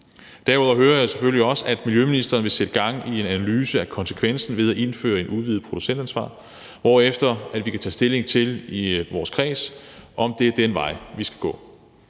Derudover hører jeg selvfølgelig også, at miljøministeren vil sætte gang i en analyse af konsekvensen ved at indføre et udvidet producentansvar, hvorefter vi i vores kreds kan tage stilling til, om det er den vej, vi skal gå.